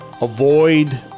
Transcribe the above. Avoid